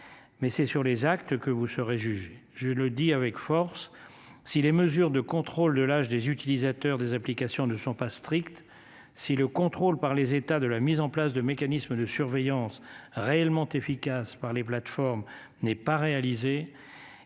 Mais c'est sur les actes que vous serez jugé je le dis avec force si les mesures de contrôle de l'âge des utilisateurs des applications ne sont pas strictes. Si le contrôle par les États de la mise en place de mécanismes de surveillance réellement efficace par les plateformes n'est pas réalisé